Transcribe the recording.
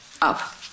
up